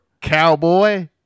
cowboy